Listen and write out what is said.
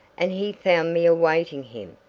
and he found me awaiting him,